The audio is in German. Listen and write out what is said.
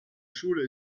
schule